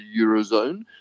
Eurozone